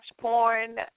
porn